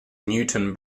newtown